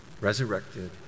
resurrected